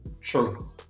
Sure